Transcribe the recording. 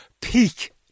peak